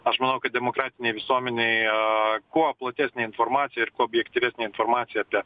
aš manau kad demokratinėj visuomenėje kuo platesnė informacija ir objektyvesnė informacija apie